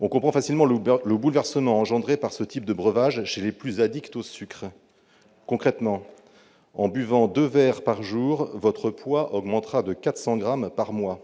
On comprend facilement le bouleversement engendré par ce type de breuvage chez les plus au sucre. Concrètement, en buvant deux verres par jour, votre poids augmentera de 400 grammes par mois.